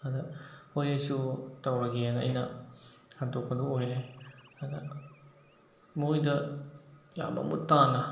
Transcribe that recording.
ꯑꯗ ꯍꯣꯏ ꯑꯩꯁꯨ ꯇꯧꯔꯒꯦꯅ ꯑꯩꯅ ꯍꯟꯗꯣꯛꯄꯗꯣ ꯑꯣꯏꯔꯦ ꯑꯗ ꯃꯣꯏꯗ ꯌꯥꯝ ꯃꯃꯨꯠꯇꯥꯅ